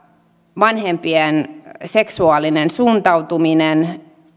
vanhempien seksuaalinen suuntautuminen